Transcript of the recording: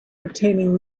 obtaining